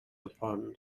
upon